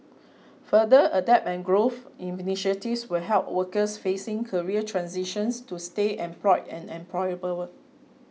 further Adapt and Growth initiatives will help workers facing career transitions to stay employed and employable